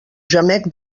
gemec